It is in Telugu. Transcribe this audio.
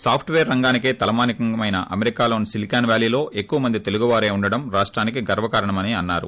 సాఫ్ట్ పేర్ రంగానికే తలమానికమైన అమెరికాలోని సిలికాన్ వ్యాలీలో ఎక్కువమంది తెలుగువారే ఉండడం రాష్టానికి గర్వకారణం అని అన్నారు